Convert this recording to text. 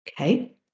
Okay